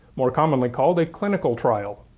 more commonly called a clinical trial.